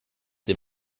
dem